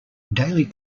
daily